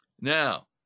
Now